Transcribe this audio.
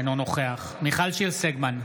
אינו נוכח מיכל שיר סגמן,